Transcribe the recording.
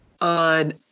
on